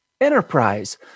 Enterprise